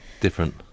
different